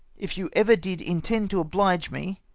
if you ever did intend to oblige me,